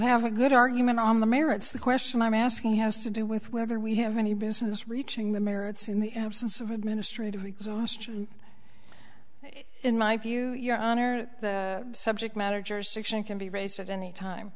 have a good argument on the merits the question i'm asking has to do with whether we have any business reaching the merits in the absence of administrative exhaustion in my view your honor the subject matter jurisdiction can be raised at any time